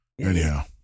Anyhow